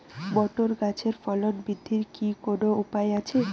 Motor গাছের ফলন বৃদ্ধির কি কোনো উপায় আছে?